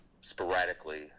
sporadically